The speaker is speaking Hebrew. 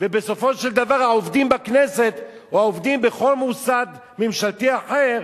ובסופו של דבר העובדים בכנסת או העובדים בכל מוסד ממשלתי אחר,